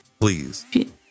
Please